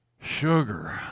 sugar